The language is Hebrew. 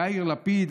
יאיר לפיד,